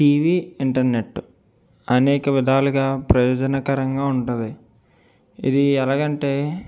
TV internet అనేక విధాలుగా ప్రయోజనకరంగా ఉంటుంది ఇది ఎలాగంటే